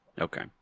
Okay